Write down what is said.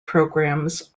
programs